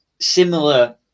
similar